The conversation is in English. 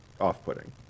off-putting